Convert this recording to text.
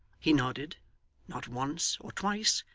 he nodded not once or twice,